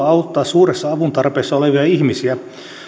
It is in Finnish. auttaa suuressa avun tarpeessa olevia ihmisiä suomi